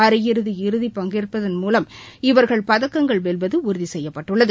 அரையிறுதி இறதி பங்கேற்பதன் மூலம் இவர்கள் பதக்கங்கள் வெல்வதுஉறுதிசெய்யப்பட்டுள்ளது